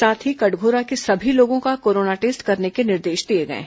साथ ही कटघोरा के सभी लोगों का कोरोना टेस्ट करने के निर्देश दिए गए हैं